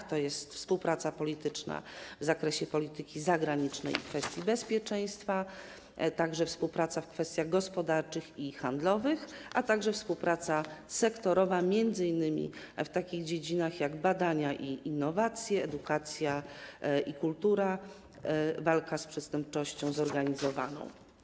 Są to: współpraca polityczna w zakresie polityki zagranicznej i kwestii bezpieczeństwa, współpraca w kwestiach gospodarczych i handlowych, a także współpraca sektorowa, m.in. w takich dziedzinach jak badania i innowacje, edukacja i kultura, walka z przestępczością zorganizowaną.